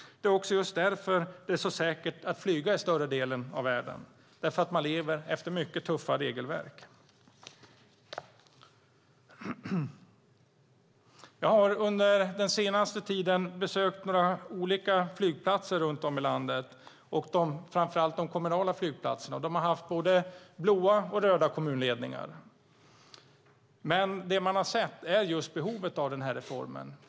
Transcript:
Det är också just därför det är så säkert att flyga i större delen av världen; man lever efter mycket tuffa regelverk. Jag har under den senaste tiden besökt några olika flygplatser runt om i landet, framför allt de kommunala flygplatserna med både röda och blå kommunledningar. Det man har sett är behovet av reformen.